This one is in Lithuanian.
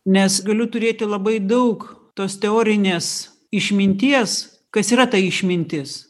nes galiu turėti labai daug tos teorinės išminties kas yra ta išmintis